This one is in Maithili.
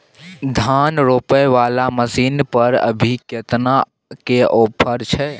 धान रोपय वाला मसीन पर अभी केतना के ऑफर छै?